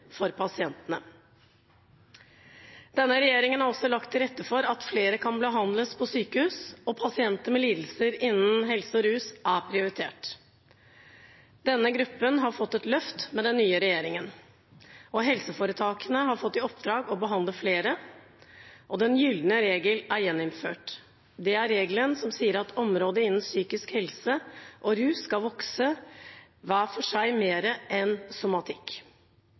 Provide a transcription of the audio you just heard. pasientene. Denne regjeringen har også lagt til rette for at flere kan behandles på sykehus. Pasienter med lidelser innenfor psykisk helse og rus er prioritert, og denne gruppen har fått et løft med den nye regjeringen. Helseforetakene har fått i oppdrag å behandle flere. «Den gylne regel» er gjeninnført, og er en regel som sier at områder innenfor psykisk helse og rus hver for seg skal vokse mer enn somatikk.